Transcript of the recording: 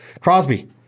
Crosby